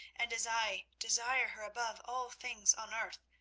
and as i desire her above all things on earth,